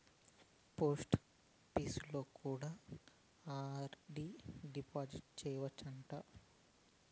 పోస్టాపీసులో కూడా RD deposit సేయచ్చు అంట